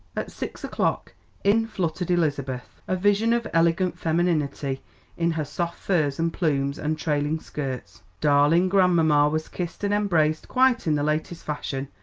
at six o'clock in fluttered elizabeth, a vision of elegant femininity in her soft furs and plumes and trailing skirts. darling grandmamma was kissed and embraced quite in the latest fashion,